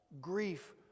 grief